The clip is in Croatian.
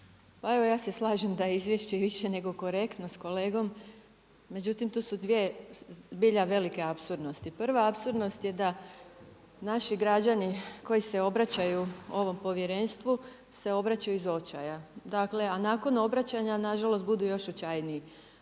Pa evo ja se slažem da je izvješće i više nego korektno sa kolegom, međutim tu su dvije zbilja velike apsurdnosti. Prva apsurdnost je da naši građani koji se obraćaju ovom povjerenstvu se obraćaju iz očaja. Dakle a nakon obraćanja nažalost budu još očajniji.